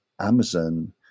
Amazon